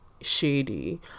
shady